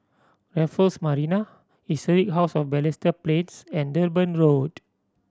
Raffles Marina Historic House of Balestier Plains and Durban Road